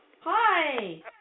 Hi